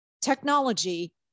technology